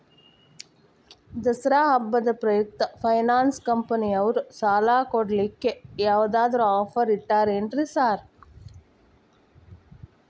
ದಸರಾ ಹಬ್ಬದ ಪ್ರಯುಕ್ತ ಫೈನಾನ್ಸ್ ಕಂಪನಿಯವ್ರು ಸಾಲ ಕೊಡ್ಲಿಕ್ಕೆ ಯಾವದಾದ್ರು ಆಫರ್ ಇಟ್ಟಾರೆನ್ರಿ ಸಾರ್?